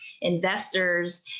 investors